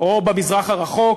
במזרח הרחוק,